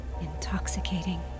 intoxicating